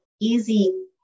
easy